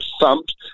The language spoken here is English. thumped